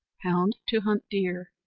hound to hunt deer,